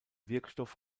wirkstoff